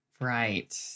Right